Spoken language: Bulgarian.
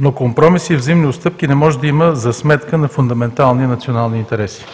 Но компромиси и взаимни отстъпки не може да има за сметка на фундаментални национални интереси.